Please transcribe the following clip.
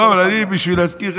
לא, אני בשביל להזכיר.